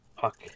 Fuck